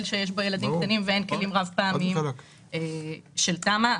שיש בו ילדים קטנים ואין בו כלים רב-פעמיים של תמה.